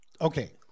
Okay